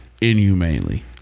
inhumanely